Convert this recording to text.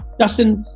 dustin,